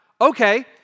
Okay